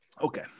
okay